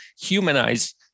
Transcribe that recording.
humanize